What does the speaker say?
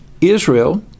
Israel